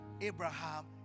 Abraham